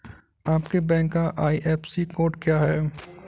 आपके बैंक का IFSC code क्या है?